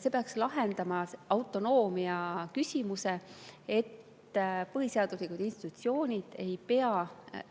See peaks lahendama autonoomiaküsimuse, nii et põhiseaduslikud institutsioonid ei peaks